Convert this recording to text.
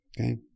Okay